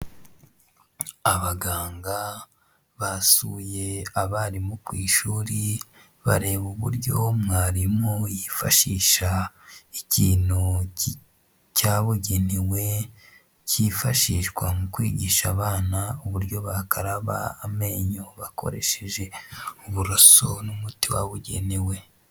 Abaganga basuye abarimu ku ishuri bareba uburyo mwarimu yifashisha ikintu cyabugenewe, kifashishwa mu kwigisha abana uburyo bakaraba amenyo bakoresheje uburoso n'umuti wabugenewe.